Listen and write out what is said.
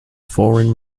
foreign